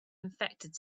infected